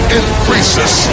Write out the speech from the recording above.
increases